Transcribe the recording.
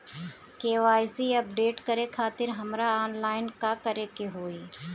KYC update करे खातिर हमरा ऑनलाइन का करे के होई?